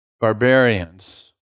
barbarians